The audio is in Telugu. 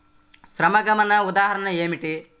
సంక్రమణ ఉదాహరణ ఏమిటి?